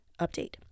update